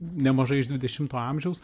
nemažai iš dvidešimto amžiaus